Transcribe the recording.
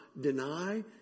deny